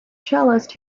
cellist